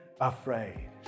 afraid